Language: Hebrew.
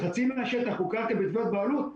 חצי מהשטח הוא קרקע בתביעות בעלות,